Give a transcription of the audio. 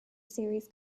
series